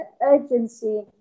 urgency